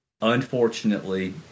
unfortunately